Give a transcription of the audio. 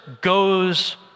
goes